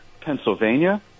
Pennsylvania